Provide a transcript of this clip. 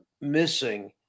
missing